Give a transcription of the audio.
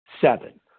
Seven